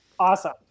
awesome